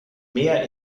mehr